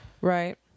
Right